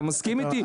אתה מסכים איתי?